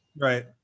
Right